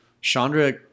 Chandra